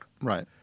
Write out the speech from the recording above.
Right